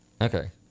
Okay